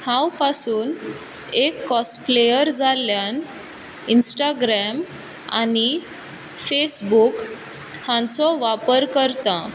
हांव पासून एक कोसप्लेयर जाल्यान इंस्टाग्राम आनी फेसबूक हांचो वापर करता